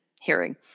hearing